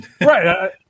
Right